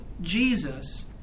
Jesus